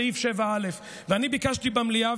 סעיף 7א. אני ביקשתי במליאה,